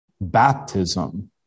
baptism